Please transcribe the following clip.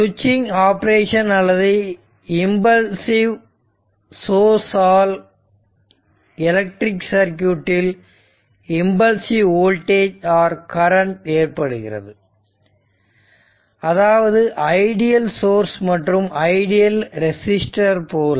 சுவிட்சிங் ஆபரேஷன் அல்லது impulsive source ஆல் எலக்ட்ரிக் சர்க்யூட்டில் இம்பல்ஸ்சிவ் வோல்டேஜ் அல்லது கரண்ட் ஏற்படுகிறது அதாவது ஐடியல் சோர்ஸ் மற்றும் ஐடியல் ரெசிஸ்டர் போல